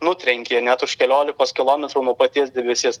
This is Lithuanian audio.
nutrenkė net už keliolikos kilometrų nuo paties debesies